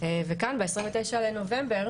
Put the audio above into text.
וכאן ב-29 בנובמבר